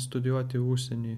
studijuoti užsieny